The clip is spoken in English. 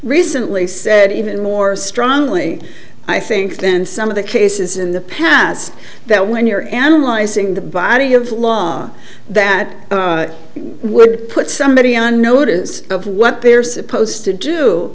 recently said even more strongly i think then some of the cases in the past that when you're analyzing the body of law that would put somebody on notice of what they're supposed to do